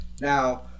Now